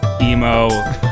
emo